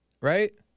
Right